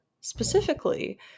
specifically